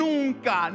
Nunca